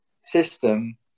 system